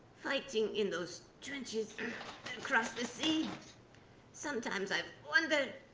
fighting in those trenches across the sea sometimes i've wondered. ugh